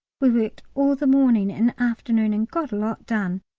we worked all the morning and afternoon and got a lot done,